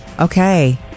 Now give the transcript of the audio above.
Okay